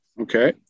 Okay